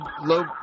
low